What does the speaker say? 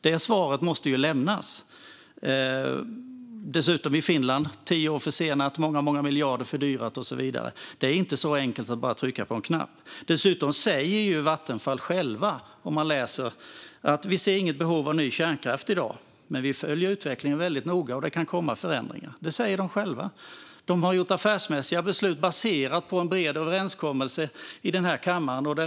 Detta svar måste lämnas. När det gäller Finland är detta dessutom tio år försenat och fördyrat med många miljarder. Det är inte så enkelt som att bara trycka på en knapp. Vattenfall säger själva: Vi ser inget behov av ny kärnkraft i dag. Men vi följer utvecklingen väldigt noga, och det kan komma förändringar. Vattenfall har tagit affärsmässiga beslut baserade på en bred överenskommelse i denna kammare.